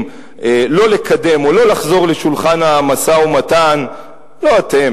לא לקדם או לא לחזור לשולחן המשא-ומתן לא אתם,